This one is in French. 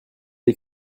est